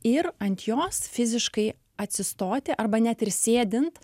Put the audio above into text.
ir ant jos fiziškai atsistoti arba net ir sėdint